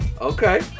Okay